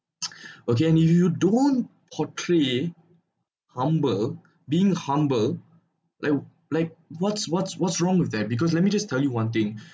okay yo~ you don't portray humble being humble li~ like what's what's what's wrong with that because let me just tell you one thing